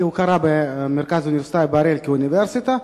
הכרה במרכז האוניברסיטאי באריאל כאוניברסיטה,